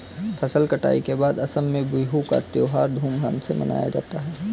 फसल कटाई के बाद असम में बिहू का त्योहार धूमधाम से मनाया जाता है